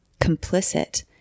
complicit